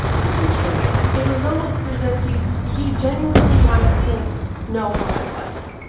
a complete stranger it was almost as if he he genuinely wanted to know how i was,